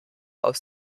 aus